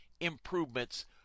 improvements